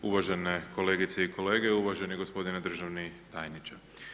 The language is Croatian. Uvažene kolegice i kolege, uvaženi gospodine državni tajniče.